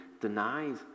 denies